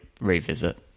revisit